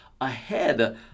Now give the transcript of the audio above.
ahead